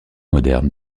moderne